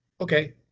Okay